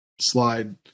slide